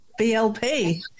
BLP